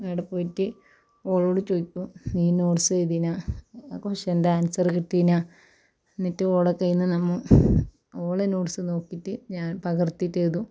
ആടെ പോയിട്ട് ഓളോട് ചോദിക്കും നീ നോട്ട്സ് എഴുതിന ക്വസ്റ്റ്യൻ്റെ ആൻസർ കിട്ടീനാ ഇന്നിട്ട് ഓളെ കയ്യിന്ന് നമ്മൾ ഓളെ നോട്ട്സ് നോക്കിയിട്ട് ഞാൻ പകർത്തിയിട്ട് എഴുതും